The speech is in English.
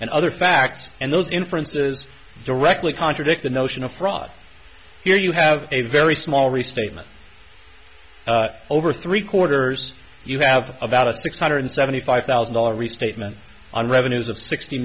and other facts and those inferences directly contradict the notion of fraud here you have a very small restatement over three quarters you have about a six hundred seventy five thousand dollars restatement on revenues of sixty